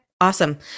awesome